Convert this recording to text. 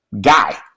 guy